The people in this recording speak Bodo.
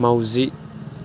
माउजि